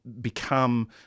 become